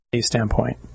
standpoint